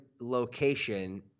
location